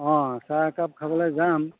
অঁ চাহ একাপ খাবলে যাম